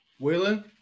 Waylon